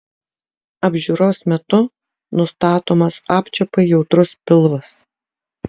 apžiūros metu nustatomas apčiuopai jautrus pilvas